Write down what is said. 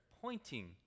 pointing